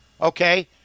Okay